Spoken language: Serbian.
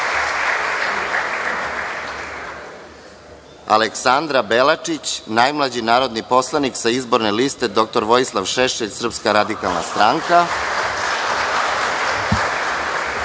Aleksandra Belačić, najmlađi narodni poslanik sa izborne liste dr Vojislav Šešelj – Srpska radikalna stranka